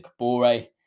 Kabore